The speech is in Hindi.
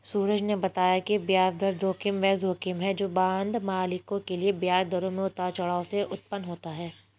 सूरज ने बताया कि ब्याज दर जोखिम वह जोखिम है जो बांड मालिकों के लिए ब्याज दरों में उतार चढ़ाव से उत्पन्न होता है